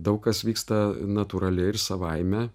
daug kas vyksta natūraliai ir savaime